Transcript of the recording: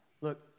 look